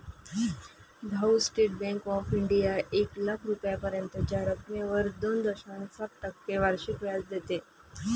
भाऊ, state bank of India एक लाख रुपयांपर्यंतच्या रकमेवर दोन दशांश सात टक्के वार्षिक व्याज देते